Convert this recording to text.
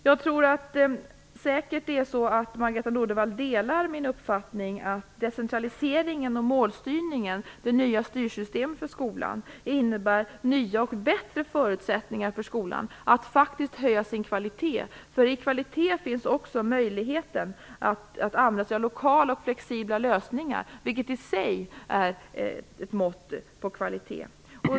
Margareta E Nordenvall delar säkert min uppfattning att decentraliseringen och målstyrningen, det nya styrsystemet för skolan, innebär nya och bättre förutsättningar för skolan att faktiskt höja sin kvalitet. Möjligheten finns då också att använda sig av lokala och flexibla lösningar, vilket i sig är ett mått på kvalitet.